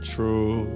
True